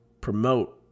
promote